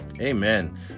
Amen